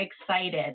excited